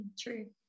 true